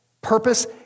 purpose